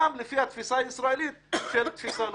וגם לפי התפיסה הישראלית של תפיסה לוחמתית.